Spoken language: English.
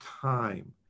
time